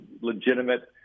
legitimate